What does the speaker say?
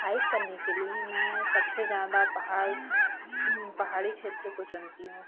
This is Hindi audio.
हाइक करने के लिए मैं सबसे ज़्यादा पहाड़ पहाड़ी क्षेत्र को चुनती हूँ